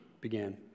began